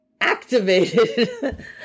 Activated